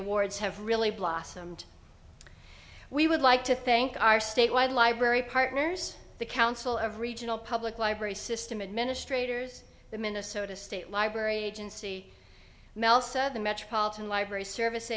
awards have really blossomed we would like to thank our statewide library partners the council of regional public library system administrators the minnesota state library agency melson of the metropolitan library service